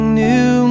new